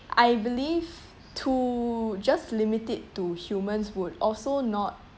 I believe to just limit it to humans would also not